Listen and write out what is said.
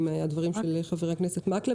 לגמרי עושים אכיפה יזומה.